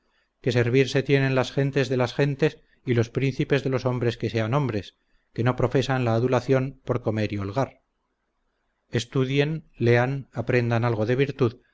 que servirse tienen las gentes de las gentes y los príncipes de los hombres que sean hombres que no profesan la adulación por comer y holgar estudien lean aprendan algo de virtud